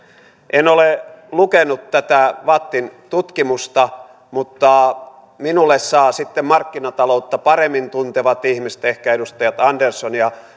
en ole lukenut tätä vattin tutkimusta mutta minulle saavat sitten markkinataloutta paremmin tuntevat ihmiset kertoa ehkä edustajat andersson